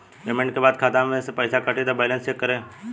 Payment के बाद खाता मे से पैसा कटी त बैलेंस कैसे चेक करेम?